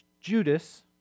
Judas